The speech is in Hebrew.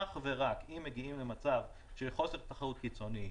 אך ורק אם מגיעים למצב של חוסר תחרות קיצוני,